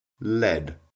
Lead